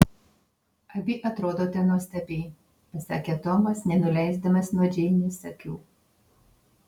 abi atrodote nuostabiai pasakė tomas nenuleisdamas nuo džeinės akių